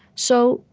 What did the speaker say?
so,